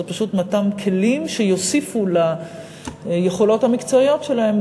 זה פשוט מתן כלים שיוסיפו ליכולות המקצועיות שלהם,